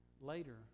later